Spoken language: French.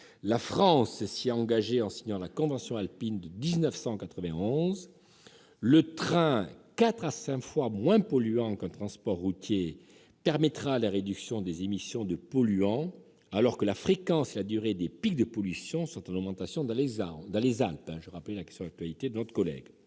La France s'est engagée en signant la convention alpine de 1991. Le train, quatre à cinq fois moins polluant qu'un transport routier, permettra la réduction des émissions de polluants, alors que la fréquence et la durée des pics de pollution sont en augmentation dans les Alpes. Enfin, la section transfrontalière